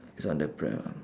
it's on the pram ah